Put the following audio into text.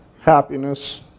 happiness